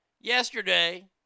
Yesterday